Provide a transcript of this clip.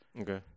Okay